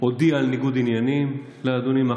הודיע על ניגוד עניינים לאדוני?